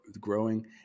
growing